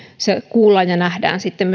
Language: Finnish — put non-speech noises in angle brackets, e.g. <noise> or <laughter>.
kuullaan ja nähdään sitten <unintelligible>